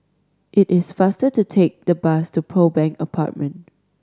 it is faster to take the bus to Pearl Bank Apartment